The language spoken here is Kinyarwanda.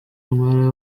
mwa